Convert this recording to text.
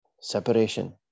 separation